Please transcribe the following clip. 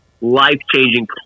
life-changing